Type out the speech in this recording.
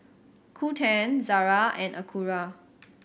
Qoo ten Zara and Acura